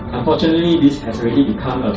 unfortunately, this has already become a